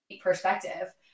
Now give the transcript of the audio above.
perspective